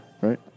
Right